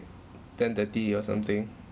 ten thirty or something